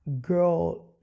girl